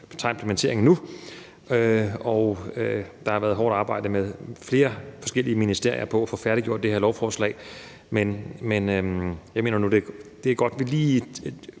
tager implementeringen nu. Det har været hårdt arbejde for flere forskellige ministerier at få færdiggjort det her lovforslag. Men jeg mener nu, at det er godt, at vi lige